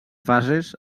fases